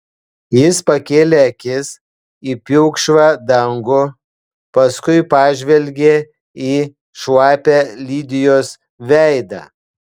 jis pakėlė akis į pilkšvą dangų paskui pažvelgė į šlapią lidijos veidą